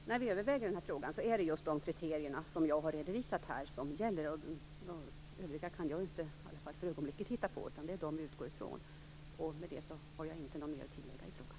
Herr talman! När vi överväger dessa frågor är det de kriterier som jag har redovisat här som gäller. Några övriga kan jag för ögonblicket inte hitta på. Det är de vi utgår från. Med detta har jag inget ytterligare att tillägga i frågan.